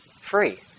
free